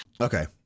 okay